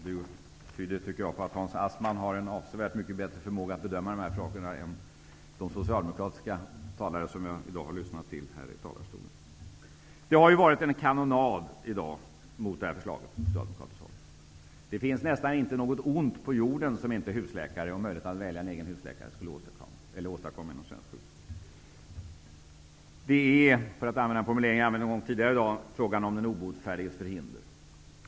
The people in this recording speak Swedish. Jag menar att det tyder på att den gamle mannen har en avsevärt mycket bättre förmåga att bedöma de här sakerna än de socialdemokratiska talare som jag i dag har lyssnat till i debatten. Det har i dag från socialdemokratiskt håll riktats en kanonad mot det här förslaget. Det finns nästan inte något ont på jorden som inte husläkare och möjligheten att välja en egen husläkare skulle åstadkomma. Det är -- för att använda en formulering som jag har använt en gång tidigare i dag -- fråga om den obotfärdiges förhinder.